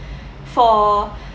for